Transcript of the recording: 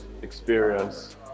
experience